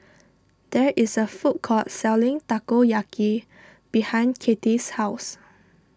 there is a food court selling Takoyaki behind Kattie's house